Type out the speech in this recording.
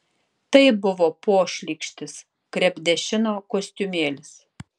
tai buvo pošlykštis krepdešino kostiumėlis